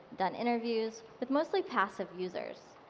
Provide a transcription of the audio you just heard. done interviews, with mostly passive users.